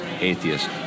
atheist